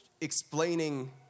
explaining